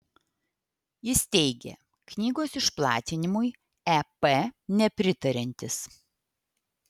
jis teigė knygos išplatinimui ep nepritariantis